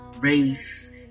race